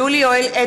(קוראת בשמות חברי הכנסת) טלב אבו עראר,